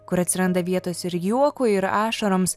kur atsiranda vietos ir juokui ir ašaroms